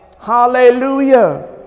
hallelujah